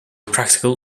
practical